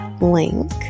link